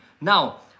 Now